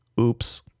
Oops